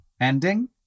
ending